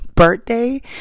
birthday